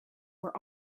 were